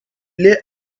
lay